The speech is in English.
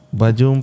baju